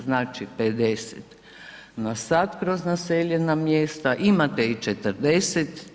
Znači 50km/h kroz naseljena mjesta, imate i 40.